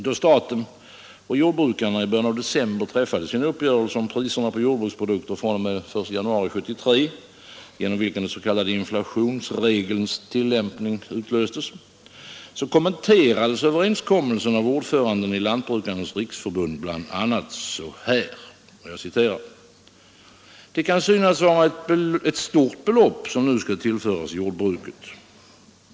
Då staten och jordbrukarna i början av december träffade sin uppgörelse om priserna på jordbruksprodukter fr.o.m. den 1 januari 1973, genom vilken den s.k. inflationsregelns tillämpning utlöstes, kommenterades överenskommelsen av ordföranden i Lantbrukarnas riksförbund bl.a. så här: ”Det kan synas vara ett stort belopp som nu skall tillföras jordbruket.